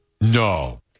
No